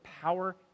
power